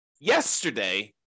yesterday